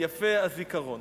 יפה הזיכרון.